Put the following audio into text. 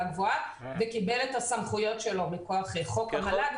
גבוהה וקיבל את הסמכויות שלו מכוח חוק המל"ג.